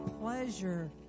pleasure